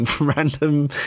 random